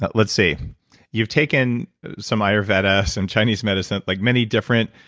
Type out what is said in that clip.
but let's see you've taken some ayurveda, some chinese medicine, like many different,